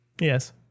Yes